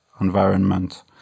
environment